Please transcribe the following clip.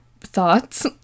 Thoughts